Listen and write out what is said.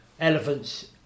elephant's